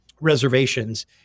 reservations